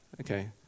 Okay